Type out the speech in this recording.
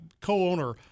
co-owner